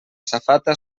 safata